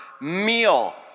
meal